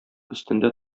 өстендә